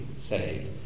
saved